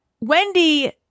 Wendy